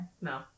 No